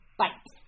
bite